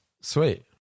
sweet